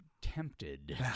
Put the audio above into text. tempted